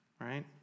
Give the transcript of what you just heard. right